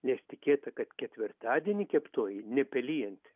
nes tikėta kad ketvirtadienį keptoji nepelijanti